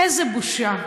איזו בושה.